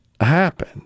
happen